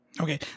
Okay